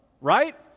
right